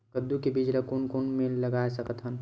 कददू के बीज ला कोन कोन मेर लगय सकथन?